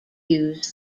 use